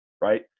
Right